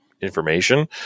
information